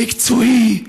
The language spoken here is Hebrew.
מקצועי,